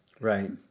Right